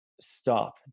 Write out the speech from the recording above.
stop